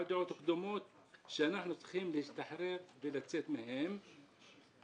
דעות קדומות מהן אנחנו צריכים להשתחרר ולצאת מהן